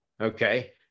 okay